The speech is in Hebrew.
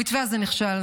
המתווה הזה נכשל,